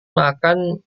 makan